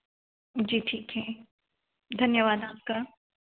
जी ठीक है धन्यवाद आपका